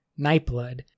Nightblood